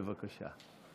בבקשה.